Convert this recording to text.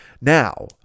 now